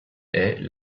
est